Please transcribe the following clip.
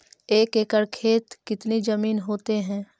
एक एकड़ खेत कितनी जमीन होते हैं?